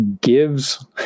gives